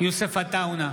יוסף עטאונה,